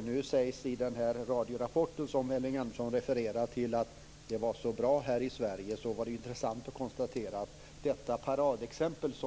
Det sades i den radiorapport som Elving Andersson refererade till att det är så bra här i Sverige. Det är intressant att konstatera att det fantastiska paradexemplet